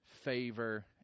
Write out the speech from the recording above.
favor